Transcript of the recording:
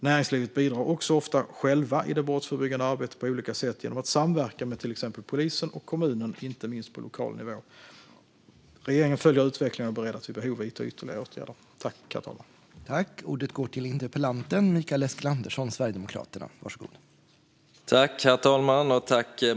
Näringslivet bidrar också ofta själva i det brottsförebyggande arbetet på olika sätt genom att samverka med till exempel polisen och kommunen, inte minst på lokal nivå. Regeringen följer utvecklingen och är beredd att vid behov vidta ytterligare åtgärder.